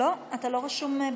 לא, אתה לא רשום.